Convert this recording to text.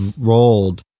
rolled